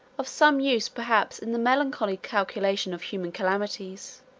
of some use perhaps in the melancholy calculation of human calamities.